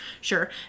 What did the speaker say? Sure